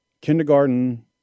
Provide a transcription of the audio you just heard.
kindergarten